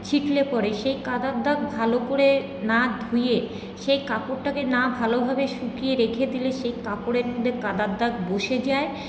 ছিটলে পরে সেই কাদার দাগ ভালো করে না ধুয়ে সেই কাপড়টাকে না ভালোভাবে শুকিয়ে রেখে দিলে সেই কাপড়ের মধ্যে কাদার দাগ বসে যায়